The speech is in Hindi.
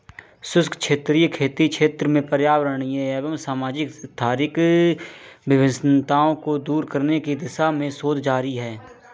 शुष्क क्षेत्रीय खेती के क्षेत्र में पर्यावरणीय एवं सामाजिक आर्थिक विषमताओं को दूर करने की दिशा में शोध जारी है